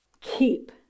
Keep